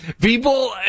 People